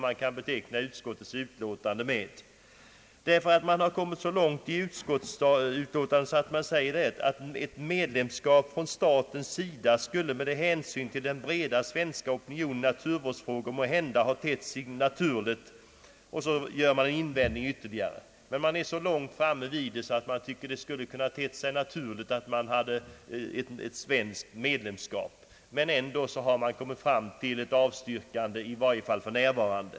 Man har kommit så långt i utskottsutlåtandet att man säger: »Ett medlemskap från statens sida skulle med hänsyn till den breda svenska opinionen i naturvårdsfrågor måhända ha tett sig naturligt...» Så gör man invändningar och kommer fram till ett avstyrkande, i varje fall för närvarande.